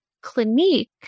clinique